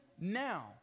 now